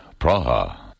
Praha